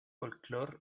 folclore